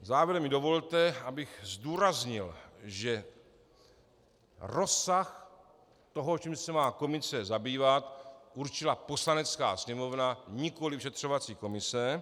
Závěrem mi dovolte, abych zdůraznil, že rozsah toho, čím se má komise zabývat, určila Poslanecká sněmovna, nikoliv vyšetřovací komise.